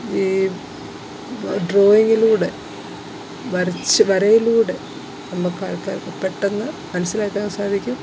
ഈ ഡ്രോയിങ്ങിലൂടെ വരച്ച് വരയിലൂടെ നമ്മള്ക്ക് ആൾക്കാർക്ക് പെട്ടെന്ന് മനസിലാക്കാൻ സാധിക്കും